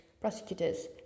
prosecutors